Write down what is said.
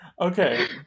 okay